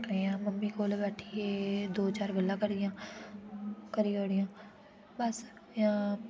इ'यां' मम्मी कोल बैठिये दो चार गल्लां करी आं करी ओड़ियां बस जां